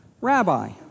rabbi